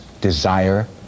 desire